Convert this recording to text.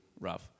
rough